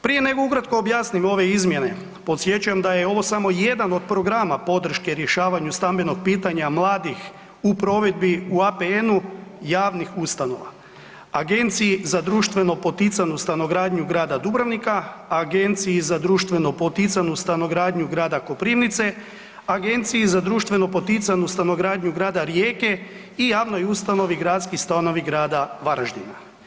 Prije nego ukratko objasnim ove izmjene podsjećam da je ovo samo jedan od programa podrške rješavanju stambenog pitanja mladih u provedbi u APN-u javnih ustanova, Agenciji za društveno poticanu stanogradnju grada Dubrovnika, Agenciji za društveno poticanu stanogradnju grada Koprivnice, Agenciji za društveno poticanu stanogradnju grada Rijeke i javnoj ustanovi Gradski stanovi grada Varaždina.